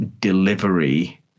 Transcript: delivery